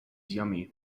yummy